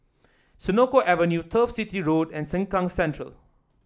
Senoko Avenue Turf City Road and Sengkang Central